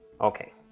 Okay